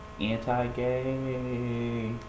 Anti-gay